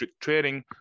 trading